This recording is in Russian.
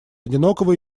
одинокого